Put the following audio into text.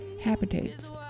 habitats